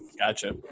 Gotcha